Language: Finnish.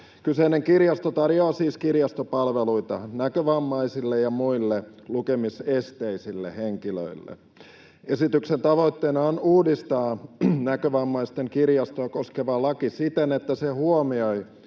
Kyseinen kirjasto tarjoaa siis kirjastopalveluita näkövammaisille ja muille lukemisesteisille henkilöille. Esityksen tavoitteena on uudistaa Näkövammaisten kirjastoa koskeva laki siten, että se huomioi